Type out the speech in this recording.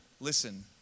listen